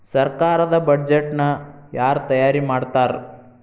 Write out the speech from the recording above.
ಸರ್ಕಾರದ್ ಬಡ್ಜೆಟ್ ನ ಯಾರ್ ತಯಾರಿ ಮಾಡ್ತಾರ್?